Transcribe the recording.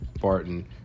barton